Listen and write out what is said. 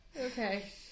Okay